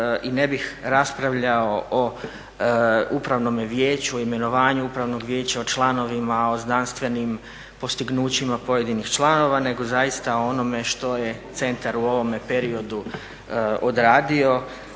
i ne bih raspravljao o upravnome vijeću, o imenovanju, o članovima upravnog vijeća o znanstvenim postignućima pojedinih članova nego zaista o onome što je centar u ovome periodu odradio,